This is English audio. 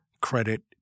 credit